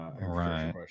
right